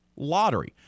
lottery